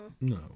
No